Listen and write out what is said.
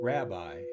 Rabbi